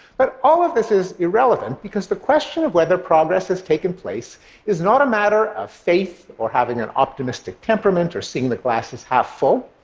but all of this is irrelevant, because the question of whether progress has taken place is not a matter of faith or having an optimistic temperament or seeing the glass as half full.